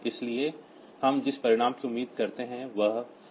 इसलिए हम जिस परिणाम की उम्मीद करते हैं वह 52 है